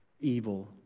evil